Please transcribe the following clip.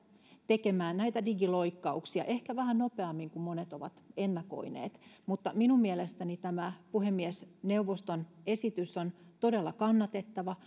tekemään näitä digiloikkauksia ehkä vähän nopeammin kuin monet ovat ennakoineet minun mielestäni tämä puhemiesneuvoston esitys on todella kannatettava